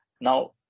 Now